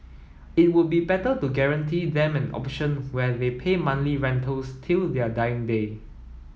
it would be better to guarantee them an option where they pay monthly rentals till their dying day